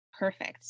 Perfect